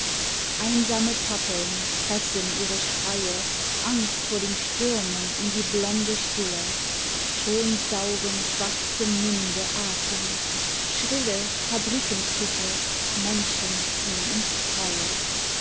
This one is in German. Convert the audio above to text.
einsame pappeln pressen ihre schreie angst vor den stürmen in die blonde stille schon saugen schwarze munde atem schrille fabrikenpfiffe menschen ziehn ins freie